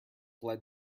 led